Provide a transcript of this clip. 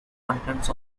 contents